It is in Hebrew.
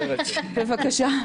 בבקשה.